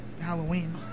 Halloween